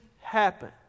happen